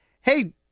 Hey